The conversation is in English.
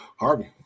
Harvey